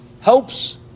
helps